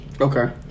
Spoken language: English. Okay